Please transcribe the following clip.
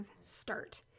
start